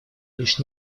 лишь